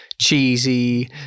cheesy